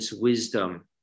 wisdom